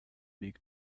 big